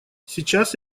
сейчас